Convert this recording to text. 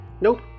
Nope